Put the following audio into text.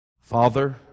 Father